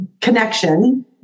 connection